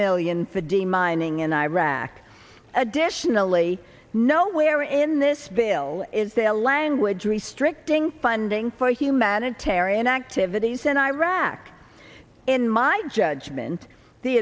million for di mining in iraq additionally nowhere in this bill is the language restricting funding for humanitarian activities in iraq in my judgment the